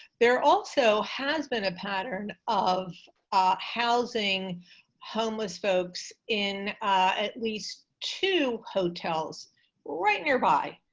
there also has been a pattern of housing homeless folks in at least two hotels right nearby.